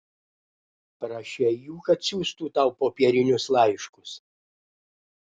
prašei jų kad siųstų tau popierinius laiškus